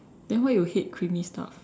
then why you hate creamy stuff